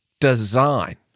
design